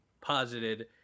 posited